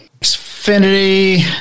Xfinity